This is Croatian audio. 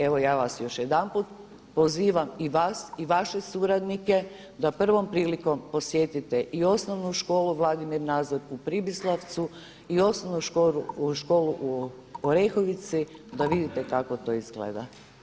Evo ja vas još jedanput pozivam i vas i vaše suradnike da prvom prilikom posjetite i Osnovnu školu Vladimira Nazora u Pribislavcu i osnovnu školu u Orehovici da vidite kako to izgleda.